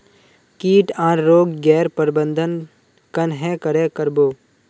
किट आर रोग गैर प्रबंधन कन्हे करे कर बो?